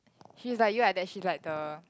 she's like you like that she like the